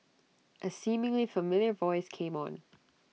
A seemingly familiar voice came on